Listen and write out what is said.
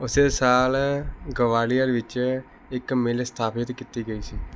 ਉਸ ਸਾਲ ਗਵਾਲੀਅਰ ਵਿੱਚ ਇੱਕ ਮਿੱਲ ਸਥਾਪਿਤ ਕੀਤੀ ਗਈ ਸੀ